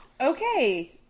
Okay